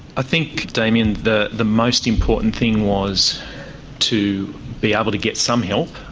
i think damien, the the most important thing was to be able to get some help.